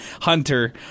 Hunter